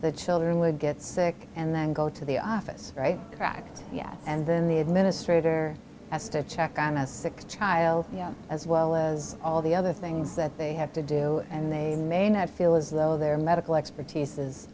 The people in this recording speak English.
the children would get sick and then go to the office right track yet and then the administrator has to check on a sick child as well as all the other things that they have to do and they may not feel as though their medical expertise is